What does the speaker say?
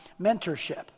mentorship